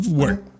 work